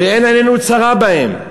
ואין עינינו צרה בהן,